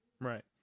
Right